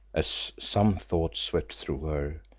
as some thought swept through her,